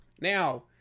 Now